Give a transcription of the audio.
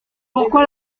pourquoi